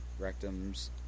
rectums